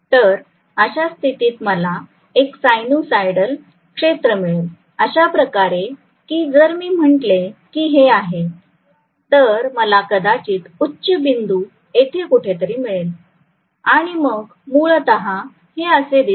तर अशा स्थितीत मला एक सायनोसोईडल क्षेत्र मिळेल अशा प्रकारे की जर मी म्हटले की हे आहे तर मला कदाचित उच्च बिंदू येथे कुठेतरी मिळेल आणि मग मूलतः हे असे दिसेल